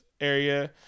area